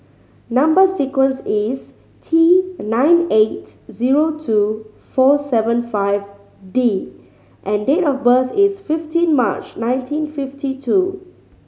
number sequence is T nine eight zero two four seven five D and date of birth is fifteen March nineteen fifty two